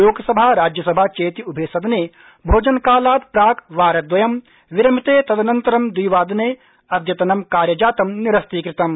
लोकसभा राज्यसभा चेति उभे सदने भोजनकालाद प्राक् वारद्वयं विरमिते तदनन्तर द्विवादने अद्यतनं कार्यजातं निरस्तीकृतम्